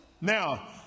Now